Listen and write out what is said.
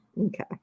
Okay